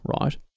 right